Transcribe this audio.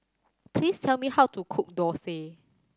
please tell me how to cook Dosa